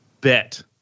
bet